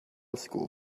school